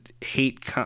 hate